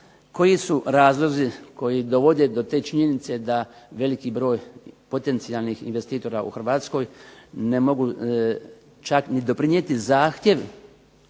Koji su razlozi koji dovode do te činjenice da veliki broj potencijalnih investitora u Hrvatskoj ne mogu čak ni doprinijeti zahtjev